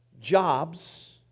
jobs